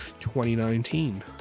2019